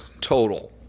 total